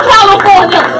California